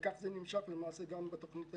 כך זה נמשך גם בתוכנית השנייה,